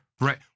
Right